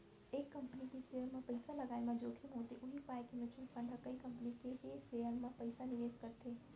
एक कंपनी के सेयर म पइसा लगाय म जोखिम होथे उही पाय के म्युचुअल फंड ह कई कंपनी के के सेयर म पइसा निवेस करथे